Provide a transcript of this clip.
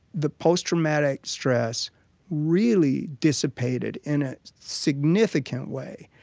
the post-traumatic stress really dissipated in a significant way.